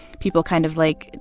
people kind of, like,